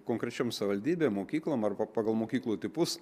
konkrečiom savivaldybėm mokyklom arba pagal mokyklų tipus